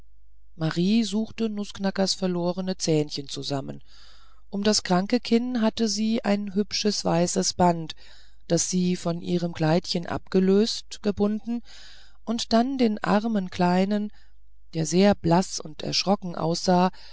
marie suchte nußknackers verlorne zähnchen zusammen um das kranke kinn hatte sie ein hübsches weißes band das sie von ihrem kleidchen abgelöst gebunden und dann den armen kleinen der sehr blaß und erschrocken aussah